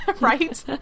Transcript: right